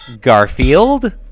Garfield